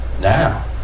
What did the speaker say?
Now